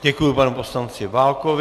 Děkuji panu poslanci Válkovi.